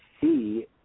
see